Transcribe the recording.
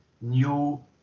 new